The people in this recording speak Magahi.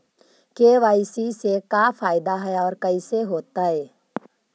के.वाई.सी से का फायदा है और कैसे होतै?